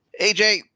AJ